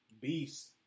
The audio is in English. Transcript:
beast